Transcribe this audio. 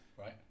right